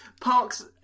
Parks